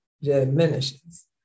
diminishes